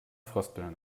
frösteln